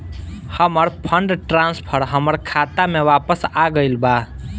हमर fund transfer हमर खाता में वापस आ गईल बा